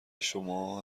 شماها